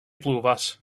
pluvas